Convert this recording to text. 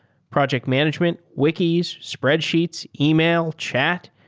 project management, wikis, spreadsheets, email, chat,